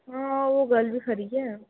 हां ओह् गल्ल बी खरी ऐ